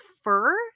fur